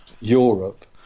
Europe